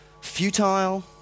futile